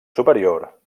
superior